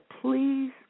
please